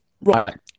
Right